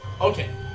Okay